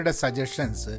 suggestions